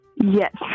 Yes